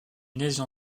lésion